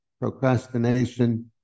procrastination